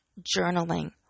journaling